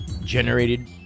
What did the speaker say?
generated